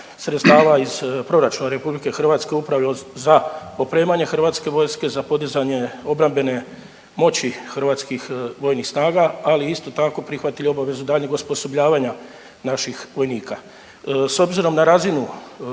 sredstava iz proračuna RH upravo za opremanje Hrvatske vojske, za podizanje obrambene moći hrvatskih vojnih snaga, ali isto tako, prihvatili obavezu daljnjeg osposobljavanja naših vojnika. S obzirom na razinu